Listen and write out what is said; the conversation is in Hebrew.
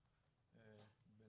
על